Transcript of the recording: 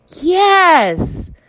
Yes